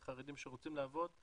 החרדים שרוצים לעבוד,